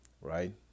Right